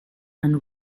and